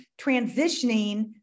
transitioning